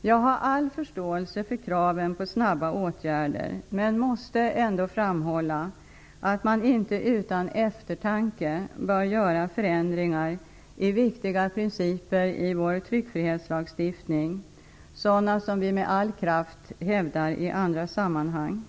Jag har all förståelse för kraven på snabba åtgärder men måste framhålla att man inte utan eftertanke bör göra förändringar i viktiga principer i vår tryckfrihetslagstiftning, sådana som vi med all kraft hävdar i andra sammanhang.